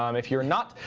um if you're not,